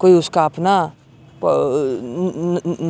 کوئی اس کا اپنا